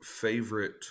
favorite